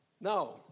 No